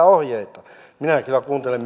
ohjeita minä kyllä kuuntelen